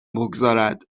بگذارد